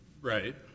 right